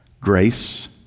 grace